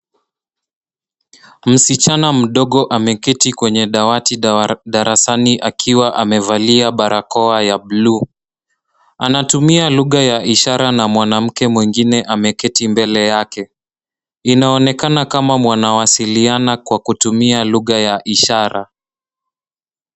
Msichana mdogo ameketi kwenye dawati darasani akiwa amevalia barakoa ya buluu. Anatumia lugha ya ishara na mwanamke mwingine ameketi mbele yake. Inaonekana kama wanawasiliana kwa kutumia lugha ya ishara.